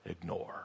ignore